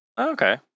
okay